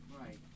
Right